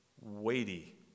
weighty